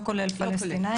לא כולל פלסטינים,